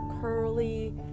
curly